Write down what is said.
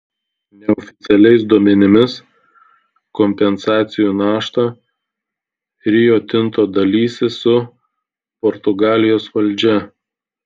neoficialiais duomenimis kompensacijų naštą rio tinto dalysis su portugalijos valdžia